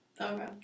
Okay